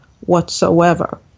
whatsoever